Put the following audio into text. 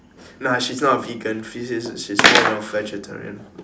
nah she's not a vegan she is she's more of a vegetarian